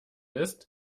ist